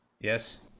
Yes